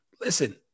listen